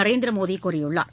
நரேந்திரமோடிகூறியுள்ளார்